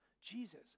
Jesus